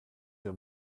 your